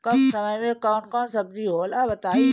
कम समय में कौन कौन सब्जी होला बताई?